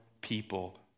people